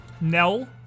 Nell